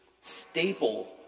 staple